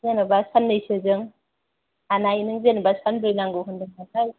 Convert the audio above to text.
जेन'बा साननै सोजों हानाय नों जेन'बा सानब्रै नांगौ होनदों नालाय